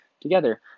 together